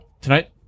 tonight